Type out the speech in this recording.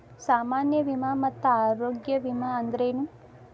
ಸಾಮಾನ್ಯ ವಿಮಾ ಮತ್ತ ಆರೋಗ್ಯ ವಿಮಾ ಅಂದ್ರೇನು?